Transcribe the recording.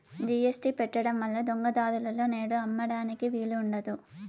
GST పెట్టడం వల్ల దొంగ దారులలో నేడు అమ్మడానికి వీలు ఉండదు